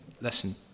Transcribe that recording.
listen